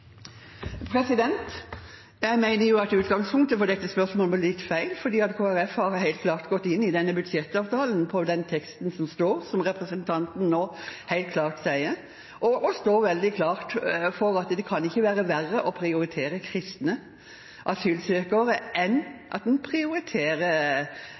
Jeg mener utgangspunktet for dette spørsmålet blir litt feil, fordi Kristelig Folkeparti har helt klart gått inn i denne budsjettavtalen på den teksten som står, som representanten sier. Vi står veldig klart for at det kan ikke være verre å prioritere kristne asylsøkere